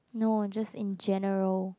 no just in general